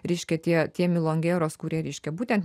reiškia tie tie milongeros kurie reiškia būtent